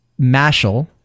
Mashal